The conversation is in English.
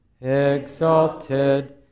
exalted